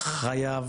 חייב